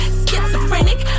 schizophrenic